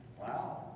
Wow